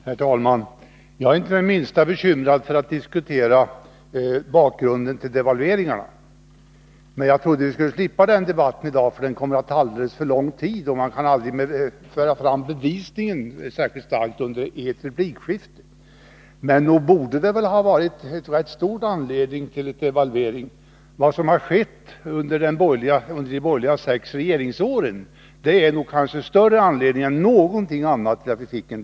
Herr talman! Jag är inte det minsta rädd för att diskutera bakgrunden till devalveringen. Men jag trodde att vi skulle slippa den debatten i dag. Den kommer att ta alldeles för lång tid, och man kan aldrig ge en tillräckligt stark bevisning i ett replikskifte. Nog fanns det stor anledning till en devalvering. Vad som skedde under de borgerliga sex regeringsåren är kanske större anledning än någonting annat till devalveringen.